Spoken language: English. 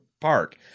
park